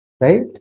Right